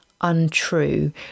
untrue